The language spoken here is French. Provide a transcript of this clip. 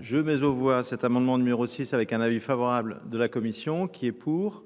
Je mets au voie cet amendement numéro 6 avec un avis favorable de la Commission qui est pour,